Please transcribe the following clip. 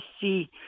see